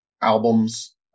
albums